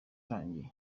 irangiye